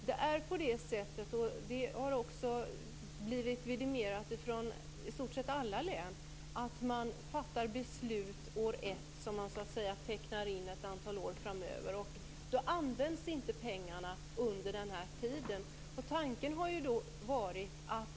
Det är på det sättet, och det har också blivit vidimerat från i stort sett alla län, att man fattar beslut år 1 som man så att säga intecknar ett antal år framöver. Under den här tiden används inte pengarna.